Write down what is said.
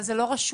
אבל זה לא רשום.